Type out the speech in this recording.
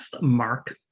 Mark